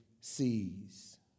sees